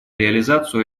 реализацию